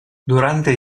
durante